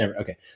Okay